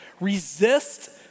Resist